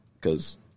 Cause